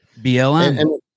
BLM